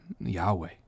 Yahweh